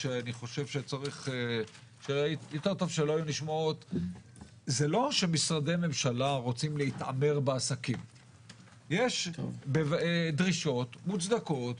יש שם שלושה מהנדסים לשעבר ושניים לעתיד ואנחנו מסודרים.